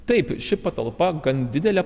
taip ši patalpa gan didelė